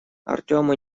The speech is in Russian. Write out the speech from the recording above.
артёму